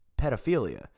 pedophilia